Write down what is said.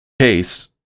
case